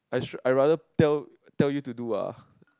I sure I rather tell tell you to do ah